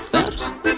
First